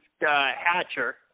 Hatcher